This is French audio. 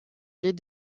les